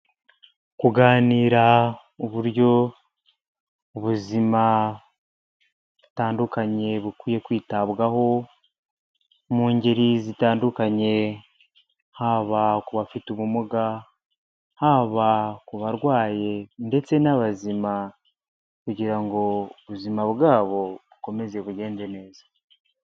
Kuganira uburyo ubuzima butandukanye bukwiye kwitabwaho mu ngeri zitandukanye, haba ku bafite ubumuga, haba ku barwaye ndetse n'abazima kugira ngo ubuzima bwabo bukomeze bugende neza.